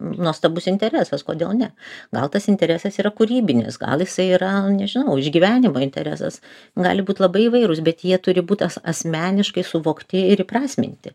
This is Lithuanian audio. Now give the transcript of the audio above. nuostabus interesas kodėl ne gal tas interesas yra kūrybinis gal jisai yra nežinau išgyvenimo interesas gali būt labai įvairūs bet jie turi būt as asmeniškai suvokti ir įprasminti